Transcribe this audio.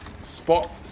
spot